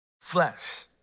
flesh